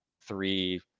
three